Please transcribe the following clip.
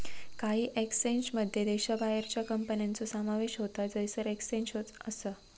काही एक्सचेंजमध्ये देशाबाहेरच्या कंपन्यांचो समावेश होता जयसर एक्सचेंज असा